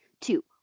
two